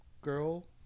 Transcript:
girl